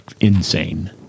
insane